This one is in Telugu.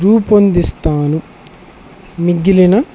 రూపొందిస్తాను మిగిలిన